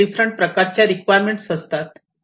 आपल्याकडे डिफरंट प्रकारच्या रिक्वायरमेंट असतात